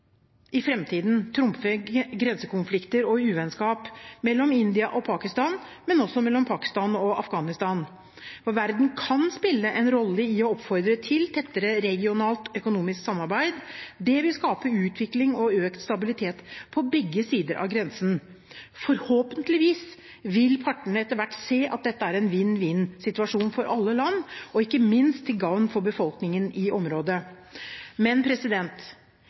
i framtiden trumfe grensekonflikter og uvennskap mellom India og Pakistan, og også mellom Pakistan og Afghanistan. Verden kan spille en rolle i å oppfordre til tettere regionalt økonomisk samarbeid. Det vil skape utvikling og økt stabilitet på begge sider av grensen. Forhåpentligvis vil partene etter hvert se at dette er en vinn-vinn-situasjon for alle land, og ikke minst til gagn for befolkningen i området.